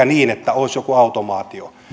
niin että olisi joku automaatio